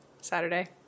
saturday